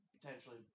potentially